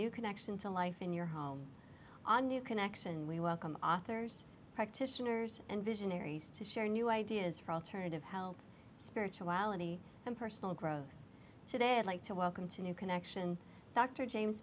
new connection to life in your home on new connection we welcome authors practitioners and visionaries to share new ideas for alternative health spirituality and personal growth today i'd like to welcome to new connection dr james